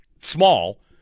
small